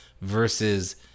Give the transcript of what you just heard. versus